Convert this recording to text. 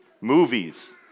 movies